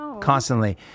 Constantly